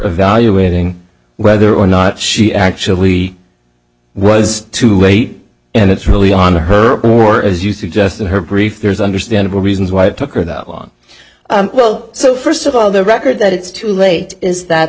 evaluating whether or not she actually was too late and it's really on her before as you suggest in her brief there's understandable reasons why it took her that long well so first of all the record that it's too late is that